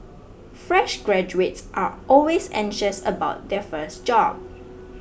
fresh graduates are always anxious about their first job